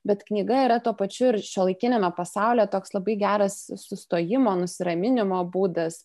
bet knyga yra tuo pačiu ir šiuolaikiniame pasaulyje toks labai geras sustojimo nusiraminimo būdas